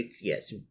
Yes